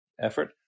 effort